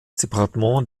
departement